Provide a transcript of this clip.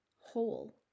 whole